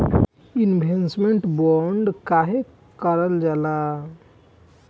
Investment bond काहे कारल जाला?